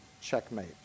Checkmate